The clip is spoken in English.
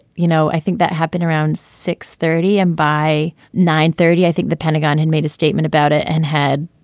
you know, i think that happened around six thirty. and by nine thirty, i think the pentagon had made a statement about it and had,